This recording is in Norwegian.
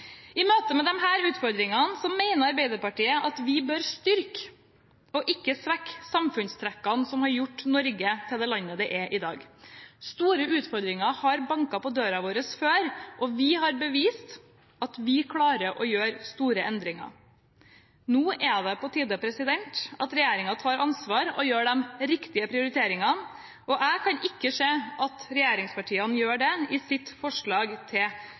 I møte med disse utfordringene mener Arbeiderpartiet at vi bør styrke og ikke svekke samfunnstrekkene som har gjort Norge til det landet det er i dag. Store utfordringer har banket på døra vår før, og vi har bevist at vi klarer å gjøre store endringer. Nå er det på tide at regjeringen tar ansvar og gjør de riktige prioriteringene, og jeg kan ikke se at regjeringspartiene gjør det i sitt forslag til